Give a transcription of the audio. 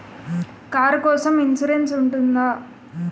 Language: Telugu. కారు కోసం ఇన్సురెన్స్ ఉంటుందా?